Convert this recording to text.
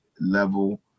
level